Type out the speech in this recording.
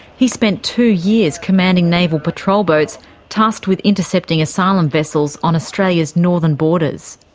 he spent two years commanding naval patrol boats tasked with intercepting asylum vessels on australia's northern borders.